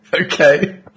Okay